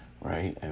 right